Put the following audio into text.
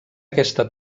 aquesta